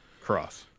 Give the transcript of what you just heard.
Cross